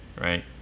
right